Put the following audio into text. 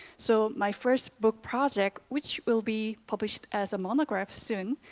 so my first book project which will be published as a monograph soon,